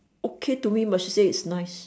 okay to me but she say it's nice